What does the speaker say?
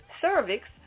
cervix